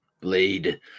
Blade